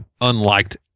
unliked